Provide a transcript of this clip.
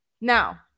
Now-